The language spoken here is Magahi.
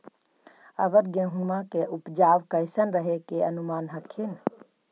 अबर गेहुमा के उपजबा कैसन रहे के अनुमान हखिन?